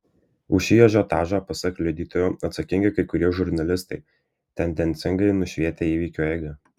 už šį ažiotažą pasak liudytojo atsakingi kai kurie žurnalistai tendencingai nušvietę įvykių eigą